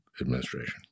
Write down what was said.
administration